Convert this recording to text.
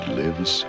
lives